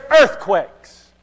earthquakes